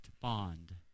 bond